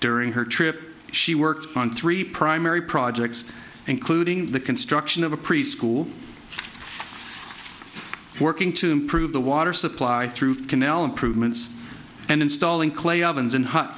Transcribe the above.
during her trip she worked on three primary projects including the construction of a preschool working to improve the water supply through canal improvements and installing clay ovens in h